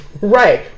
Right